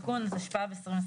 תיקון התשפ"ב-2021.